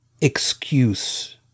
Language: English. excuse